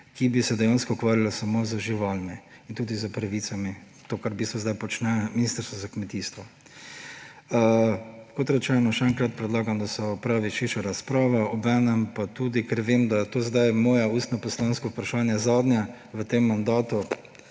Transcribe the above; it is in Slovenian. ki bi se dejansko ukvarjalo samo z živalmi in tudi s pravicami; to, kar v bistvu zdaj počne Ministrstvo za kmetijstvo. Kot rečeno, še enkrat predlagam, da se opravi širša razprava, obenem pa tudi, ker vem, da je to zdaj moje ustno poslansko vprašanje zadnje v tem mandatu,